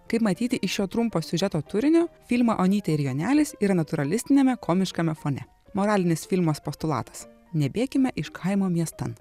kaip matyti iš šio trumpo siužeto turinio filma onytė ir jonelis yra natūralistiniame komiškame fone moralinis filmas postulatas nebėkime iš kaimo miestan